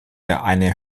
eine